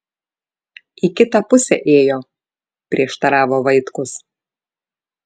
į kitą pusę ėjo prieštaravo vaitkus